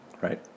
Right